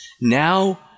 Now